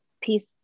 piece